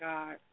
God